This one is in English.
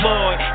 Lord